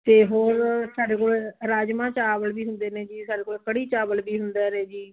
ਅਤੇ ਹੋਰ ਸਾਡੇ ਕੋਲ ਰਾਜਮਾਂਹ ਚਾਵਲ ਵੀ ਹੁੰਦੇ ਨੇ ਜੀ ਸਾਡੇ ਕੋਲ ਕੜੀ ਚਾਵਲ ਵੀ ਹੁੰਦੇ ਨੇ ਜੀ